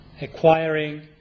Acquiring